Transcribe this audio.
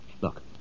Look